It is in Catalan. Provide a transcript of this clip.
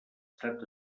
estat